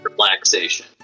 relaxation